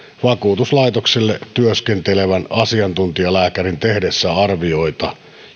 vakuutuslaitokselle työskentelevän asiantuntijalääkärin tehdessä arvioita